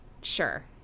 Sure